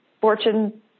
Fortune